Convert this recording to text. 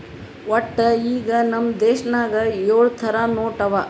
ವಟ್ಟ ಈಗ್ ನಮ್ ದೇಶನಾಗ್ ಯೊಳ್ ಥರ ನೋಟ್ ಅವಾ